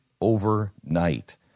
overnight